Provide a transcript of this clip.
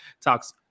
talks